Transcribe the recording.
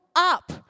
up